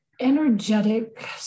energetic